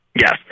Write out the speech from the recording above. Yes